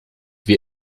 wir